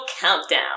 Countdown